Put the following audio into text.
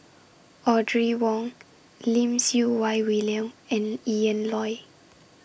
Audrey Wong Lim Siew Wai William and Ian Loy